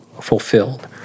fulfilled